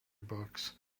books